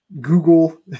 google